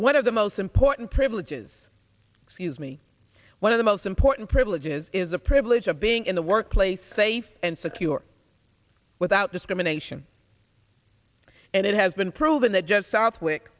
of the most important privileges excuse me one of the most important privileges is a privilege of being in the workplace safe and secure without discrimination and it has been proven that judge southwick